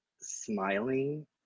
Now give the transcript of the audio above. smiling